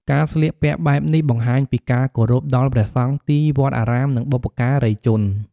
ការស្លៀកពាក់បែបនេះបង្ហាញពីការគោរពដល់ព្រះសង្ឃ ទីវត្តអារាម និងបុព្វការីជន។